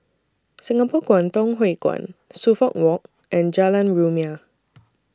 Singapore Kwangtung Hui Kuan Suffolk Walk and Jalan Rumia